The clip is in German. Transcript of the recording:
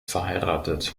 verheiratet